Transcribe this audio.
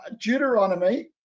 Deuteronomy